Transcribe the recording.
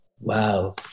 wow